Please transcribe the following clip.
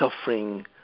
suffering